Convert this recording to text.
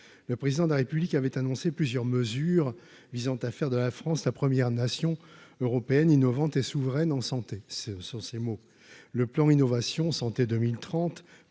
le président de la République avait annoncé plusieurs mesures visant à faire de la France, la première nation européenne innovante et souveraine en santé, c'est sur ces mots, le plan Innovation Santé 2030,